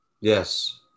Yes